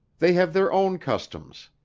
they have their own customs.